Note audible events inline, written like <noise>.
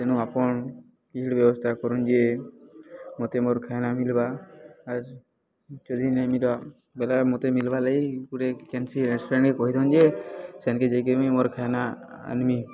ତେଣୁ ଆପଣ <unintelligible> ବ୍ୟବସ୍ଥା କରନ୍ ଯେ ମୋତେ ମୋର ଖାଇନା ମିଲ୍ବା ଆ ଯଦି ନେଇଁ ମିଲ୍ବା ବେଲେ ମୋତେ ମିଲ୍ବା ଲାଗି ଗୋଟେ କେନ୍ସି ରେଷ୍ଟୁରାଣ୍ଟରେେ କହିଦନ୍ ଯେ ସେନ୍କେ ଯାଇକି ବିଁ ମୋର ଖାଇାନା ଆନ୍ମି